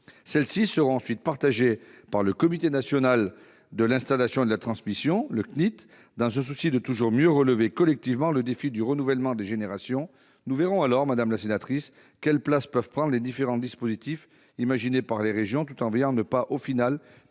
conclusions seront ensuite partagées avec le Comité national de l'installation et de la transmission, le CNIT, dans le souci de toujours mieux relever collectivement le défi du renouvellement des générations. Nous verrons alors, madame la sénatrice, quelle place peuvent prendre les différents dispositifs imaginés par les régions, tout en veillant à ne pas, au final,